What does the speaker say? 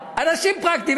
אנשים פרקטיים,